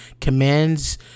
commands